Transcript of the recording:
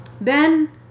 Then